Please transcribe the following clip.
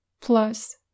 plus